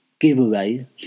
giveaway